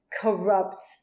corrupt